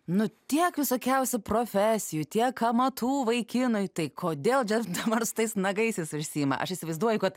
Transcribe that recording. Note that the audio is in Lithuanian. nu tiek visokiausių profesijų tiek amatų vaikinui tai kodėl dabar su tais nagais jis užsiima aš įsivaizduoju kad